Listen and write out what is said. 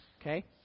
Okay